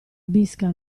bisca